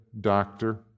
doctor